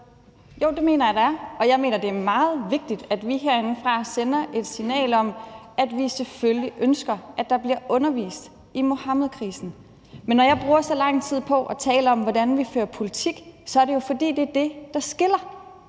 Jo, det mener jeg der er, og jeg mener, det er meget vigtigt, at vi herindefra sender et signal om, at vi selvfølgelig ønsker, at der bliver undervist i Muhammedkrisen. Men når jeg bruger så lang tid på at tale om, hvordan vi fører politik, så er det jo, fordi det er det, der skiller.